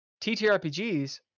ttrpgs